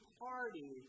party